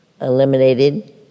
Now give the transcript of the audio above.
eliminated